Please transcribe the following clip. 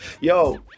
yo